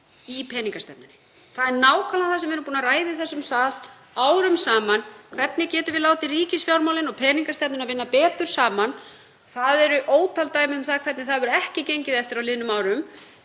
í peningastefnunni. Það er nákvæmlega það sem við erum búin að ræða í þessum sal árum saman: Hvernig getum við látið ríkisfjármálin og peningastefnuna vinna betur saman? Það eru ótal dæmi um hvernig það hefur ekki gengið eftir á liðnum árum,